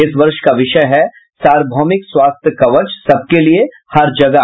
इस वर्ष का विषय है सार्वभौमिक स्वास्थ्य कवच सबके लिए हर जगह